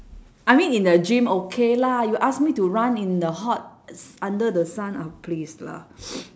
I mean in the gym okay lah you ask me to run in the hot under the sun oh please lah